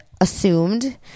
assumed